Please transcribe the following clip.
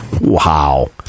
wow